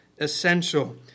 essential